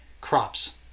crops